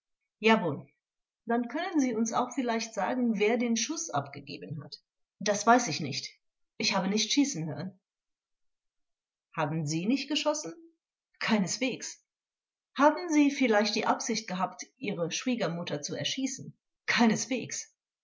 vors dann können sie uns auch vielleicht sagen wer den schuß abgegeben hat angekl das weiß ich nicht ich habe nicht schießen hören vors haben sie nicht geschossen angekl keineswegs vors haben sie vielleicht die absicht gehabt ihre schwiegermutter zu erschießen angekl keineswegs